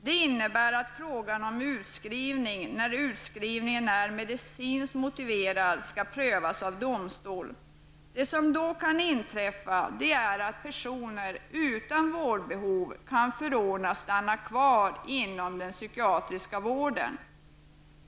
Det innebär att frågan om utskrivning, när utskrivningen är medicinskt motiverad, skall prövas av domstol. Det som kan hända är att personer utan vårdbehov kan förordnas att stanna kvar inom den psykiatriska vården.